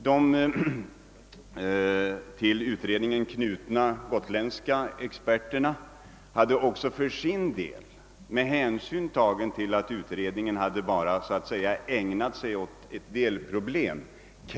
De till utredningen knutna gotländska experterna hade också krävt fortsatt utredningsarbete med hänsyn till att utredningen endast hade ägnat sig åt ett delproblem.